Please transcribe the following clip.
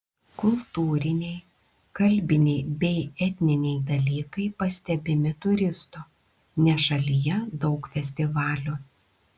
kultūriniai kalbiniai bei etniniai dalykai pastebimi turistų nes šalyje daug festivalių